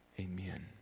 Amen